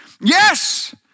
Yes